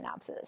synapses